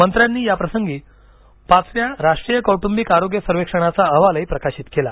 मंत्र्यांनी याप्रसंगी पाचव्या राष्ट्रीय कौटुंबिक आरोग्य सर्वेक्षणाचा अहवाल प्रकाशित केला